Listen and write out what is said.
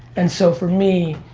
and so for me,